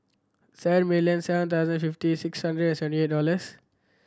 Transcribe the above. seven million seven thousand fifty six hundred and seventy eight dollars